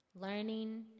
learning